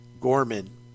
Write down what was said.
Gorman